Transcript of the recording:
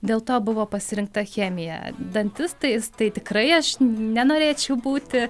dėl to buvo pasirinkta chemija dantistais tai tikrai aš nenorėčiau būti